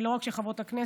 ולא רק של חברות הכנסת,